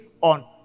on